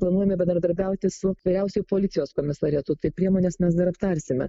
planuojame bendradarbiauti su vyriausiuoju policijos komisariatu tai priemones mes dar aptarsime